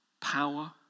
power